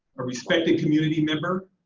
respected community member,